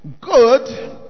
good